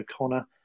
O'Connor